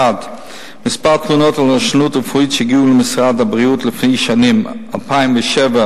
1. מספר התלונות על רשלנות רפואית שהגיעו למשרד הבריאות לפי שנים: 2007,